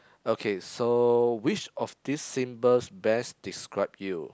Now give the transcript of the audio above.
okay so which of these symbols best describe you